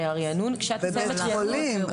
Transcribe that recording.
בבית חולים,